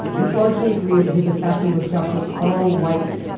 it's largely agreed that his assassin was dr. carl weiss,